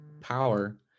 power